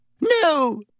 No